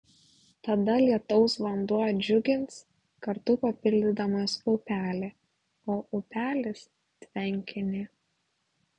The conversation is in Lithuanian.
tada lietaus vanduo džiugins kartu papildydamas upelį o upelis tvenkinį